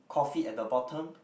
coffee at the bottom